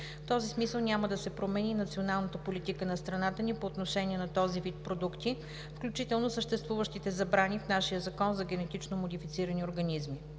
В този смисъл няма да се промени и националната политика на страната ни по отношение на този вид продукти, включително съществуващите забрани в нашия Закон за генетично модифицирани организми.